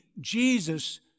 Jesus